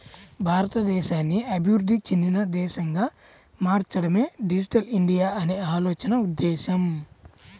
భారతదేశాన్ని అభివృద్ధి చెందిన దేశంగా మార్చడమే డిజిటల్ ఇండియా అనే ఆలోచన ఉద్దేశ్యం